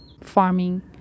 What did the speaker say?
farming